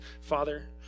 Father